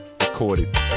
recorded